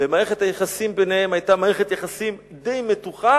ומערכת היחסים ביניהם היתה מערכת יחסים די מתוחה.